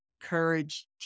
courage